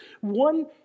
one